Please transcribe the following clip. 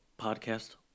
Podcast